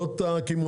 לא את הקמעונאים,